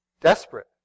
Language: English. Desperate